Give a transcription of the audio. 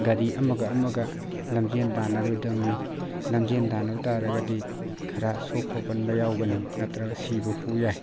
ꯒꯥꯔꯤ ꯑꯃꯒ ꯑꯃꯒ ꯂꯝꯖꯦꯟ ꯇꯥꯟꯅꯔꯣꯏꯗꯕꯅꯤ ꯂꯝꯖꯦꯟ ꯇꯥꯟꯅꯕ ꯇꯥꯔꯒꯗꯤ ꯈꯔ ꯁꯣꯛꯄ ꯄꯟꯕ ꯌꯥꯎꯒꯅꯤ ꯅꯠꯇ꯭ꯔꯒ ꯁꯤꯕ ꯐꯥꯎ ꯌꯥꯏ